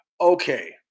Okay